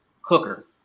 Hooker